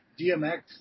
DMX